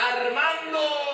Armando